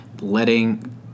letting –